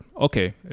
Okay